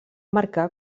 marcar